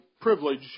privilege